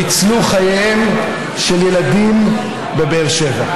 ניצלו חייהם של ילדים בבאר שבע.